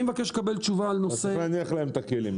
אני מבקש לקבל תשובה על נושא -- אתה צריך להניח להם את הכלים,